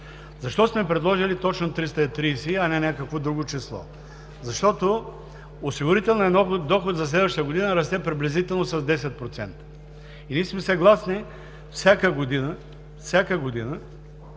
Защо сме предложили точно 330 лв., а не някакво друго число? Защото осигурителният доход за следващата година расте приблизително с 10%. Ние сме съгласни всяка година – всяка година!